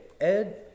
Ed